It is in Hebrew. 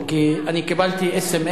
מותר לך, אדוני,